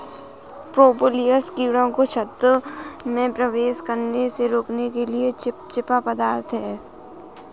propolis कीड़ों को छत्ते में प्रवेश करने से रोकने के लिए चिपचिपा पदार्थ है